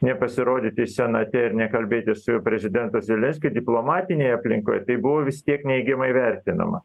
nepasirodyti senate ir nekalbėti su prezidentu zelenskiu diplomatinėje aplinkoje tai buvo vis tiek neigiamai vertinama